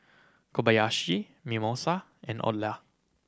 Kobayashi Mimosa and Odlo